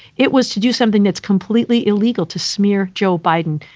it was to do something that's completely illegal to smear joe biden.